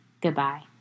Goodbye